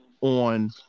on